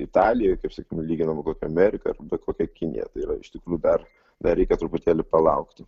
italijoj kaip sakykim lyginam kokią ameriką ir bet kokią kiniją tai yra iš tikrųjų dar dar reikia truputėlį palaukti